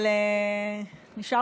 אני מבקש